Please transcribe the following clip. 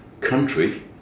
country